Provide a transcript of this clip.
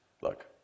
look